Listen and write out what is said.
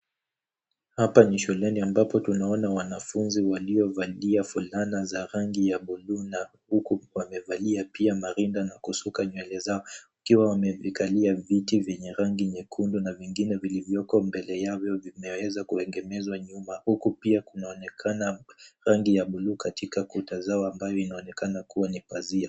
Ambapo tunaona wanafunzi waliovalua fulana za rangi ya bluu na wamevalia oia marinda na kushuka nywele zao wakiwa wamekalia viti vyenye rangi nyekundu na vingine vilivyoko mbele yake vimeweza kuegemezwa nyuma. Pia kunaonekana rangi ya bluu.